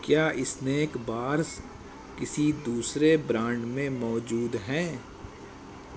کیا snack bars کسی دوسرے برانڈ میں موجود ہیں